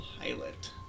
Pilot